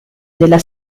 della